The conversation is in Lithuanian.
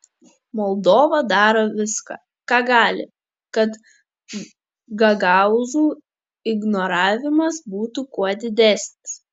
moldova daro viską ką gali kad gagaūzų ignoravimas būtų kuo didesnis